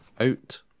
out